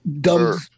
dumb